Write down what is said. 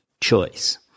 choice